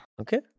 Okay